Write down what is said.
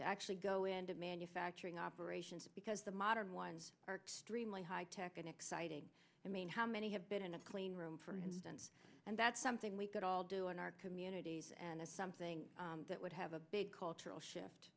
to actually go into manufacturing operations because the modern ones are extremely high tech and exciting i mean how many have been in a clean room for him and that's something we could all do in our communities and it's something that would have a big cultural shift